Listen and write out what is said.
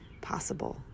possible